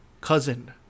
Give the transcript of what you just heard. cousin